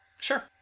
Sure